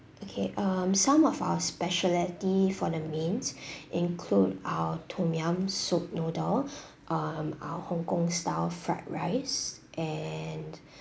okay um some of our speciality for the mains include uh tom yum soup noodle um our Hong-Kong style fried rice and